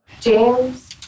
James